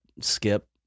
skip